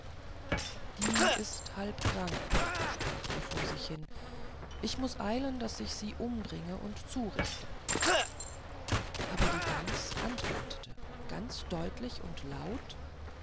die ist halb krank sprach er vor sich hin ich muß eilen daß ich sie umbringe und zurichte aber die gans antwortete ganz deutlich und laut